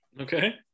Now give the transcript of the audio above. Okay